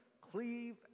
cleave